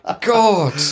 God